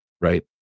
right